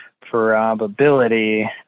probability